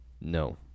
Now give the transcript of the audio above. No